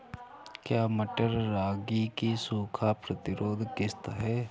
क्या मटर रागी की सूखा प्रतिरोध किश्त है?